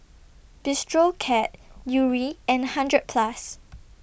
Bistro Cat Yuri and hundred Plus